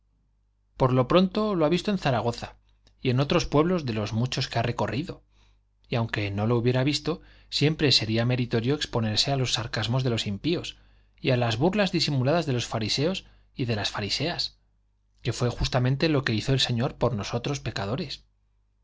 por lo pronto lo ha visto en zaragoza y en otros pueblos de los muchos que ha recorrido y aunque no lo hubiera visto siempre sería meritorio exponerse a los sarcasmos de los impíos y a las burlas disimuladas de los fariseos y de las fariseas que fue justamente lo que hizo el señor por nosotros pecadores